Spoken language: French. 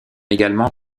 également